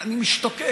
אני משתוקק